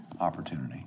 opportunity